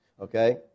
okay